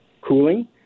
cooling